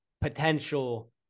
potential